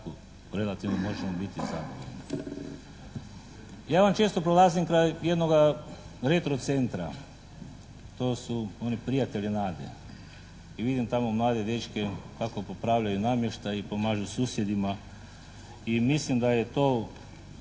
Ja vam često prolazim kraj jednoga retro centra. To su oni prijatelji nade. I vidim tamo mlade dečke kako popravljaju namještaj i pomažu susjedima i mislim da je to,